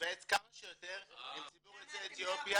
להיוועץ כמה שיותר עם ציבור יוצאי אתיופיה